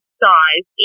size